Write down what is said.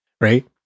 right